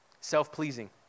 self-pleasing